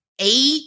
eight